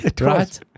right